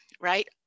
right